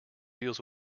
deals